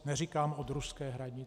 Neříkám od ruské hranice.